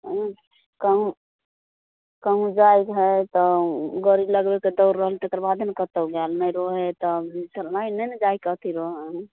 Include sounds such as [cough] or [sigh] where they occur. कहूँ कहूँ जायके है तऽ गड़ी लगबै कऽ दौर रहतै तकर बादे ने कतौ गेल [unintelligible] नहि ने जायके अथी रहै है